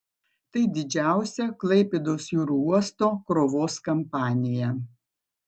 tai didžiausia klaipėdos jūrų uosto krovos kompanija